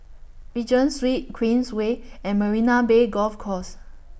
Regent Street Queensway and Marina Bay Golf Course